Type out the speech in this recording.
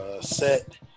set